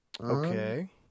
Okay